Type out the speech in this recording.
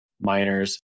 miners